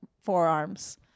forearms